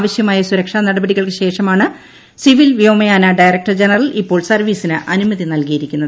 ആവശ്യമായ സുരക്ഷാ നടപടികൾക്ക് ശേഷ്മാണ് സിവിൽ വ്യോമയാന ഡയറക്ടർ ജനറൽ ഇപ്പോൾ സ്പർവ്വീസിന് അനുമതി നൽകിയിരിക്കുന്നത്